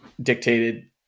dictated